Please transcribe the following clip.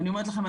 ואני אומרת לכם,